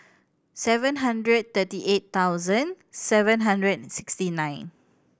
seven hundred thirty eight thousand seven hundred and sixty nine